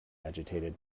agitated